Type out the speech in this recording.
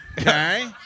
Okay